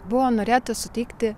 buvo norėta suteikti